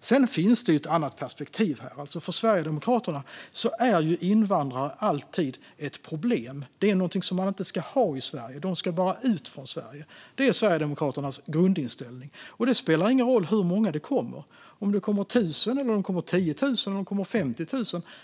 Sedan finns det ju ett annat perspektiv här. För Sverigedemokraterna är invandrare alltid ett problem, någonting som vi inte ska ha i Sverige. De ska bara ut från Sverige - det är Sverigedemokraternas grundinställning. Och det spelar ingen roll hur många det kommer. Om det kommer 1 000, om det kommer 10 000 eller om det kommer 50